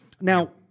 now